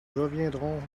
reviendrons